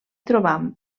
trobam